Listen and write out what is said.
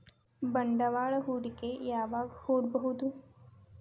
ಬಂಡವಾಳ ಹೂಡಕಿ ಯಾವಾಗ್ ಮಾಡ್ಬಹುದು?